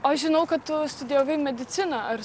aš žinau kad tu studijavai mediciną ar